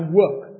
work